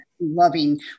loving